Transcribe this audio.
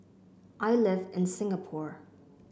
I live in Singapore